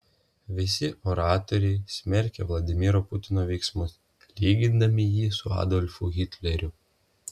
visi oratoriai smerkė vladimiro putino veiksmus lygindami jį su adolfu hitleriu